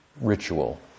ritual